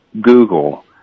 Google